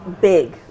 big